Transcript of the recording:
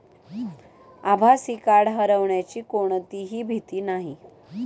आभासी कार्ड हरवण्याची कोणतीही भीती नाही